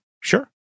sure